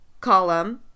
column